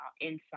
inside